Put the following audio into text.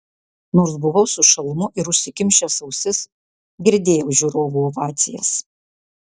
nors buvau su šalmu ir užsikimšęs ausis girdėjau žiūrovų ovacijas